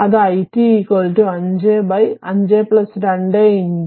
അത് it 5 5 2 i1t